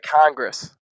Congress